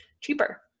cheaper